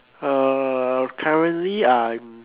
uh currently I'm